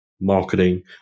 marketing